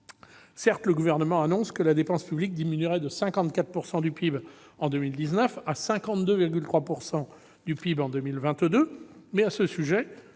Certes, le Gouvernement annonce que la dépense publique sera réduite de 54 % du PIB en 2019 à 52,3 % du PIB en 2022, mais le Président